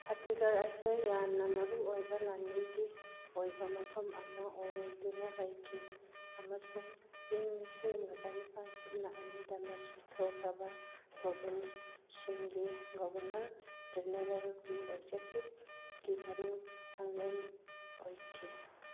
ꯐꯇꯤꯒꯔ ꯑꯁꯦ ꯌꯥꯝꯅ ꯃꯔꯨꯑꯣꯏꯕ ꯂꯥꯟꯃꯤꯒꯤ ꯑꯣꯏꯕ ꯃꯐꯝ ꯑꯃ ꯑꯣꯏꯗꯨꯅ ꯂꯩꯈꯤ ꯑꯃꯁꯨꯡ ꯏꯪ ꯂꯤꯁꯤꯡ ꯑꯃꯒ ꯆꯅꯤꯄꯥꯜ ꯁꯨꯞꯅ ꯑꯅꯤꯗ ꯃꯁꯤ ꯊꯣꯛꯈ꯭ꯔꯕ ꯄ꯭꯭ꯔꯣꯚꯤꯟꯁꯁꯤꯡꯒꯤ ꯒꯣꯕꯔꯅꯔ ꯖꯦꯅꯔꯦꯜꯒꯤ ꯑꯦꯛꯖꯦꯛꯇꯤꯞꯀꯤ ꯃꯔꯨ ꯁꯪꯂꯦꯟ ꯑꯣꯏꯈꯤ